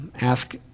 ask